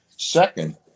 Second